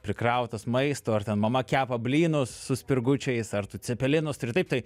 prikrautas maisto ar ten mama kepa blynus su spirgučiais ar tu cepelinus ir taip tai